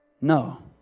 no